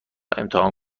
امتحان